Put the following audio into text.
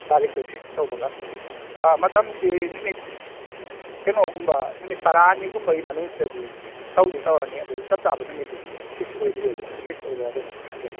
ꯇꯥꯔꯤꯛꯇꯣ fix ꯇꯧꯕꯒ ꯑ ꯃꯇꯝꯗꯤ ꯅꯨꯃꯤꯠ ꯀꯩꯅꯣꯒꯨꯝꯕ ꯅꯨꯃꯤꯠ ꯇꯔꯥꯅꯤꯒꯨꯝꯕꯩ ꯃꯅꯨꯡꯁꯤꯗꯗꯤ ꯇꯧꯗꯤ ꯇꯧꯔꯅꯤ ꯑꯗꯨ ꯆꯞ ꯆꯥꯕ ꯅꯨꯃꯤꯠꯇꯨꯗꯤ ꯐꯤꯛꯁ ꯑꯣꯏꯗ꯭ꯔꯤꯕ ꯐꯤꯛꯁ ꯑꯣꯏꯕꯒ ꯑꯗꯨꯝ ꯍꯥꯏꯖꯔꯛꯑꯒꯦ